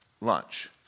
lunch